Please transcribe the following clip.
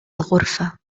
الغرفة